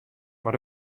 mar